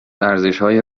ارزشهای